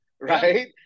right